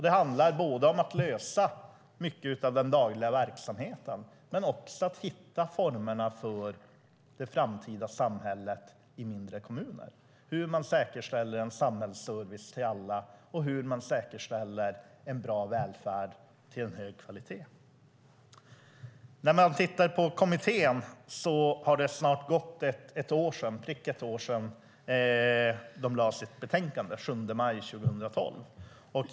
Det handlar både om att lösa mycket av den dagliga verksamheten och att hitta formerna för det framtida samhället i mindre kommuner, det vill säga hur man säkerställer en samhällsservice till alla och hur man säkerställer en bra välfärd med hög kvalitet. Det har snart gått ett år sedan kommittén lade fram sitt betänkande. Det var den 7 maj 2012.